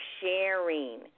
sharing